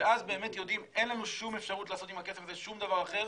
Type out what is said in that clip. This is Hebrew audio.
ואז באמת יודעים שאין לנו כל אפשרות לעשות עם הכסף הזה שום דבר אחר